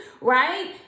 right